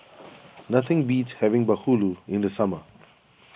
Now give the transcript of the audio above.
nothing beats having Bahulu in the summer